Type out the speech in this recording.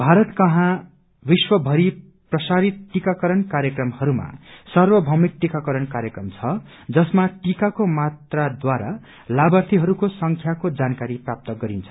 भारत कहाँ विश्व भरि प्रशारित टिकाकरण कार्यक्रमहरूमा सार्वभौमिक टिकाकरण कार्यक्रम छ जसमा टिकाहरूको मात्राद्वारा लाभार्थीहरूको संख्याको जानकारी प्राप्त गरिन्छ